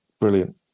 Brilliant